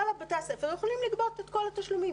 בתי הספר יכולים לגבות את כל התשלומים,